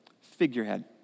figurehead